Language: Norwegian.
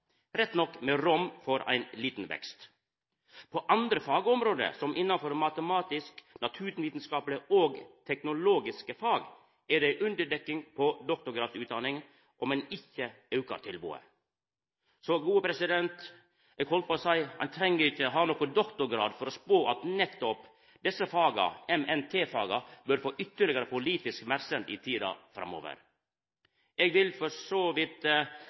rett nok med rom for ein liten vekst. På andre fagområde, som innanfor matematisk-naturvitskaplege og teknologiske fag, er det ei underdekning på doktorgradsutdanninga om ein ikkje aukar tilbodet. Så eg heldt på å seia at ein treng ikkje ha nokon doktorgrad for å spå at nettopp desse faga, MNT-faga, bør få ytterlegare politisk merksemd i tida framover. Det vil for så vidt